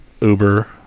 Uber